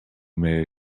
may